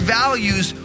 values